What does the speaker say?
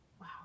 Wow